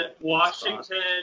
Washington